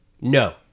No